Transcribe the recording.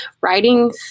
writing